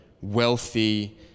wealthy